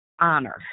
honor